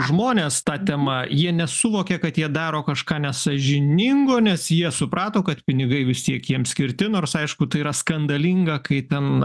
žmones ta tema jie nesuvokė kad jie daro kažką nesąžiningo nes jie suprato kad pinigai vis tiek jiem skirti nors aišku tai yra skandalinga kai ten